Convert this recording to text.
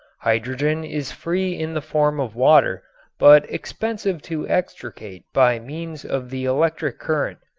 hydrogen is free in the form of water but expensive to extricate by means of the electric current.